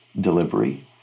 delivery